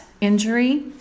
injury